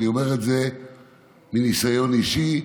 ואני אומר את זה מניסיון אישי,